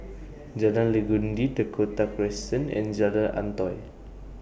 Jalan Legundi Dakota Crescent and Jalan Antoi